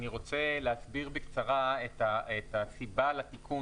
אני רוצה להסביר בקצרה את הסיבה לתיקון